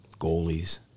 goalies